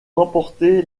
remporter